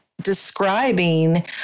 describing